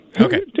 Okay